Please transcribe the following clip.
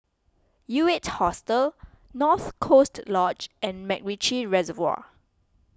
U eight Hostel North Coast Lodge and MacRitchie Reservoir